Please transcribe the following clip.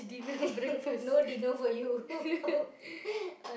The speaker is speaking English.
no dinner for you